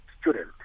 student